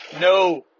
no